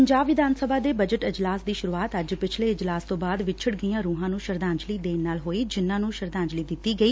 ਪੰਜਾਬ ਵਿਧਾਨ ਸਭਾ ਦੇ ਬਜਟ ਇਜਲਾਸ ਦੀ ਸੁਰੂਆਤ ਅੱਜ ਪਿਛਲੇ ਇਜਲਾਸ ਤੋਂ ਬਾਅਦ ਵਿਛੜ ਗਈਆਂ ਰੂਹਾਂ ਨੂੰ ਸ਼ਰਧਾਂਜਲੀ ਦੇਣ ਨਾਲ ਹੋਈ ਜਿਨੂਾਂ ਨੂੰ ਸ਼ਰਧਾਂਜਲੀ ਦਿੱਤੀ ਗਈ